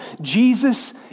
Jesus